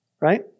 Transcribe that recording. right